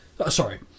Sorry